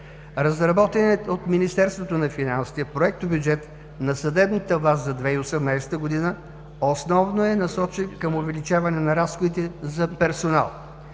Разработеният от Министерството на финансите Проектобюджет на съдебната власт за 2018 г. основно е насочен към увеличаване на разходите за персонал.